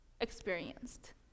experienced